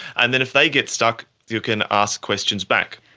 and then if they get stuck, you can ask questions back.